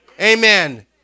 amen